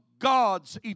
God's